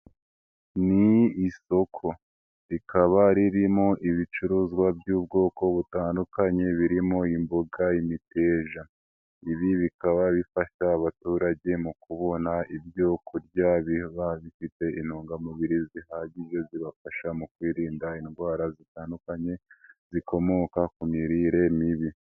Ni isoko, rikaba ririmo ibicuruzwa by'ubwoko butandukanye, birimo imboga, imiteja. Ibi bikaba bifasha abaturage mu kubona ibyo kurya biba bifite intungamubiri zihagije zibafasha mu kwirinda indwara zitandukanye, zikomoka ku mirire mibi.